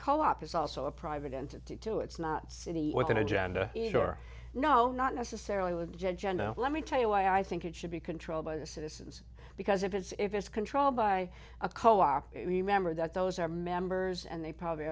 co op is also a private entity too it's not city with an agenda or no not necessarily judge and let me tell you why i think it should be controlled by the citizens because if it's if it's controlled by a co op remember that those are members and they probably